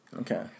Okay